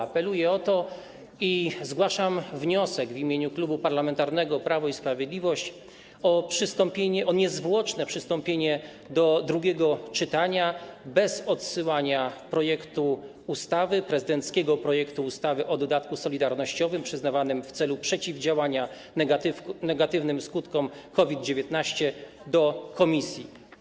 Apeluję o to i zgłaszam wniosek w imieniu Klubu Parlamentarnego Prawo i Sprawiedliwość o niezwłoczne przystąpienie do drugiego czytania bez odsyłania prezydenckiego projektu ustawy o dodatku solidarnościowym przyznawanym w celu przeciwdziałania negatywnym skutkom COVID-19 do komisji.